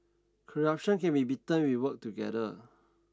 corruption can be beaten if we work together